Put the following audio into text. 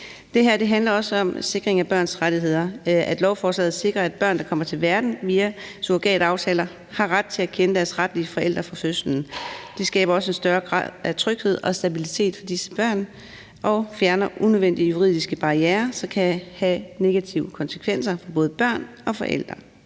Det her handler også om sikring af børns rettigheder. Lovforslaget sikrer, at børn, der kommer til verden via surrogataftaler, har ret til at kende deres retlige forældre fra fødslen. Det skaber også en større grad af tryghed og stabilitet for disse børn og fjerner unødvendige juridiske barrierer, som kan have negative konsekvenser for både børn og forældre.